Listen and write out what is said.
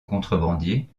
contrebandier